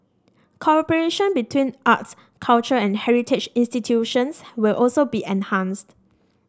cooperation between arts culture and heritage institutions will also be enhanced